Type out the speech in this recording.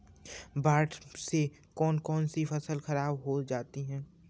बाढ़ से कौन कौन सी फसल खराब हो जाती है?